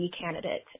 candidate